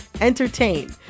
entertain